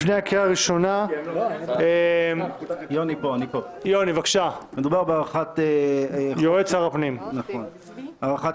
לפני הקריאה הראשונה אנו עוברים לבקשה הבאה: בקשת הממשלה להקדמת